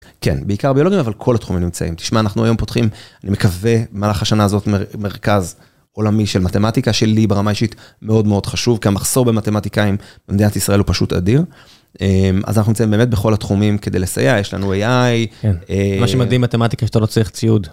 כן, בעיקר ביולוגיה אבל כל התחומים נמצאים. תשמע אנחנו היום פותחים, אני מקווה, במהלך השנה הזאת מרכז עולמי של מתמטיקה, שלי ברמה אישית מאוד מאוד חשוב כי המחסור במתמטיקאים במדינת ישראל הוא פשוט אדיר. אז אנחנו באמת בכל התחומים כדי לסייע יש לנו AI... כן, מה שמדהים במתמטיקה שאתה לא צריך ציוד